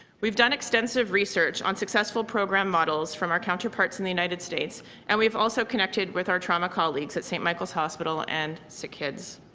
we've done extensive research on successful program models from our counterparts in the united states and we've also connected with our trauma colleagues at st. michael's hospital and sick kids.